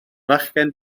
fachgen